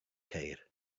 ceir